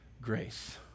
grace